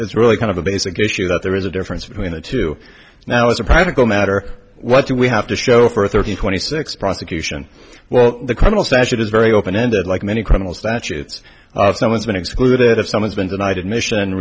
it's really kind of a basic issue that there is a difference between the two now as a practical matter what do we have to show for thirty twenty six prosecution well the criminal statute is very open ended like many criminal statutes are someone's been excluded if someone's been denied admission